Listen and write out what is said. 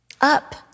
up